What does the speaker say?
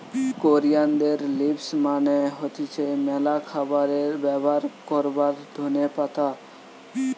কোরিয়ানদের লিভস মানে হতিছে ম্যালা খাবারে ব্যবহার করবার ধোনে পাতা